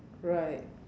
right